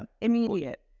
Immediate